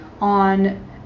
on